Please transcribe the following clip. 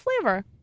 flavor